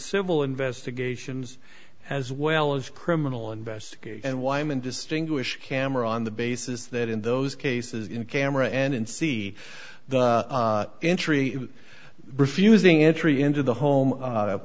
civil investigations as well as criminal investigator and weimann distinguish camera on the basis that in those cases in camera and see the entry refusing entry into the home